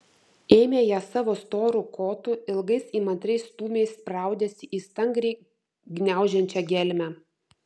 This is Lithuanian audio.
ėmė ją savo storu kotu ilgais įmantriais stūmiais spraudėsi į stangriai gniaužiančią gelmę